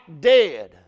dead